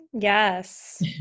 Yes